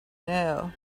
know